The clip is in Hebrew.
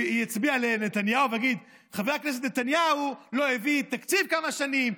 הוא יצביע על נתניהו ויגיד: חבר הכנסת נתניהו לא הביא תקציב כמה שנים.